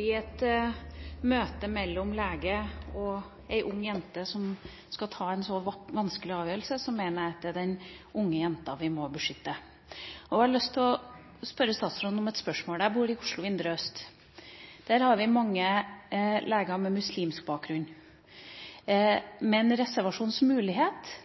I møtet mellom en lege og en ung jente som skal ta en så vanskelig avgjørelse, mener jeg at det er den unge jenta vi må beskytte. Jeg har lyst til å stille statsråden et spørsmål. Jeg bor i Oslo indre øst. Der har vi mange leger med muslimsk bakgrunn. Med en reservasjonsmulighet